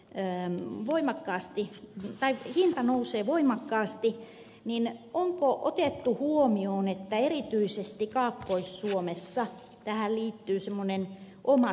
teemme nyt maakaasun hinta nousee voimakkaasti onko otettu huomioon että erityisesti kaakkois suomessa tähän liittyy semmoinen oma spesialiteetti